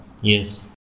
yes